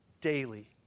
daily